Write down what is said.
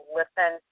listen